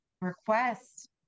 request